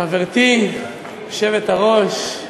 חברתי היושבת-ראש,